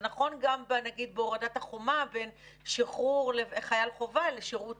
זה נכון גם בהורת החומה בין שחרור חייל חובה לשירות